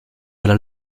della